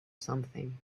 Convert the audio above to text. something